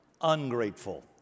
ungrateful